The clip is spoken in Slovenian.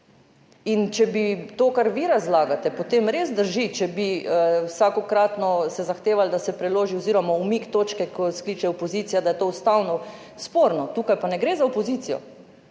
In če bi to, kar vi razlagate, potem res drži, če bi vsakokratno se zahtevalo, da se preloži oziroma umik točke, ko skliče opozicija, da je to ustavno sporno. Tukaj pa ne gre za opozicijo,